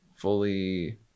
Fully